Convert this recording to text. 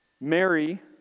Mary